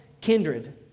kindred